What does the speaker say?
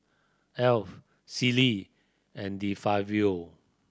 Alf Sealy and De Fabio